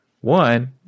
one